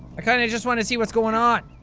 kinda just wanna see what's going on.